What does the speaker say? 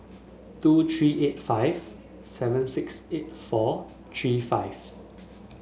two three eight five seven six eight four three five